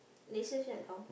next year shut down